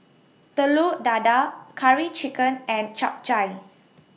Telur Dadah Curry Chicken and Chap Chai